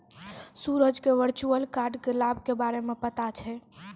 सूरज क virtual card क लाभ के बारे मे पता छै